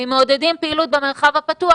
ואם מעודדים פעילות במרחב הפתוח,